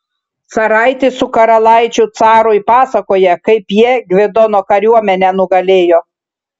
caraitis su karalaičiu carui pasakoja kaip jie gvidono kariuomenę nugalėjo